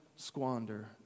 Squander